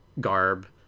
garb